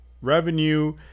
revenue